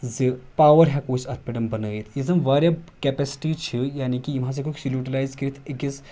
زِ پاور ہٮ۪کو أسۍ اَتھ پٮ۪ٹھ بنٲوِتھ یِتھ زن واریاہ کیٚپیسٹی چھِ یعنے أسۍ ہٮ۪کوکھ یوٗٹلایز کٔرِتھ أکِس